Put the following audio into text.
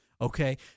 Okay